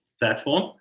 platform